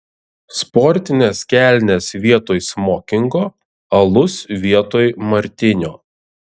sportinės kelnės vietoj smokingo alus vietoj martinio